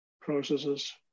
processes